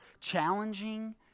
challenging